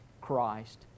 Christ